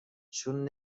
چون